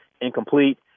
incomplete